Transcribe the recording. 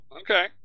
okay